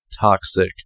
Toxic